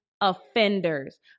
offenders